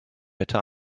bitte